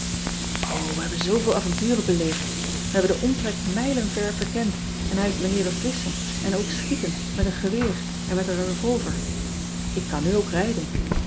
we hebben zooveel avonturen beleefd e hebben ean ebster adertje angbeen den omtrek mijlen ver verkend en hij heeft me leeren visschen en ook schieten met een geweer en met een revolver k kan nu ook rijden